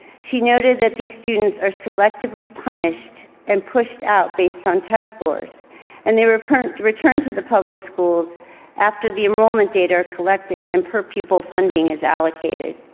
she noted that these students are selectively punished and pushed out based on test scores and they return to return to the public schools after the enrollment data are collected and per pupil funding is allocated.